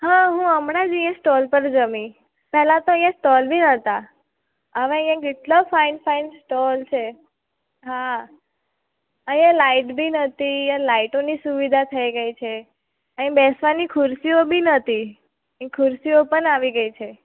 હાં હું હમણાં જ એ સ્ટોલ પર જમી પહેલાં તો અહીં સ્ટોલ બી નતા હવે અહીં કેટલા ફાઇન ફાઇન સ્ટોલ છે હા અહીં લાઇટ બી નહોતી અહીં લાઈટોની સુવિધા થઈ ગઈ છે અહીં બેસવાની ખુરશીઓ બી નહોતી એ ખુરશીઓ પણ આવી ગઈ છે